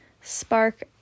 spark